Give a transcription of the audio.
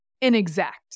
inexact